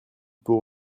pour